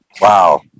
Wow